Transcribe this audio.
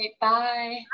Bye